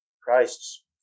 Christ's